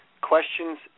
questions